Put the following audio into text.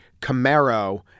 Camaro